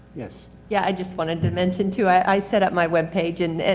yes? yeah i just wanted to mention too, i, i set up my webpage and,